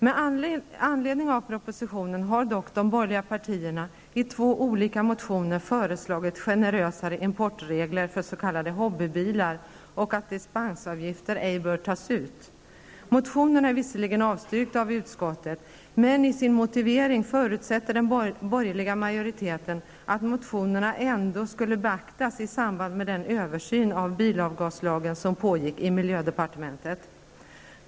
Med anledning av propositionerna har dock de borgerliga partierna i två olika motioner föreslagit generösare importregler för s.k. hobbybilar och att dispensavgifter ej bör tas ut. Motionerna är visserligen avstyrkta av utskottet, men i sin motivering förutsätter den borgerliga majoriteten att motionerna ändå skulle beaktas i samband med den översyn av bilavgaslagen som pågick i miljödepartementet.